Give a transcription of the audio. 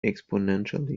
exponentially